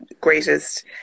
greatest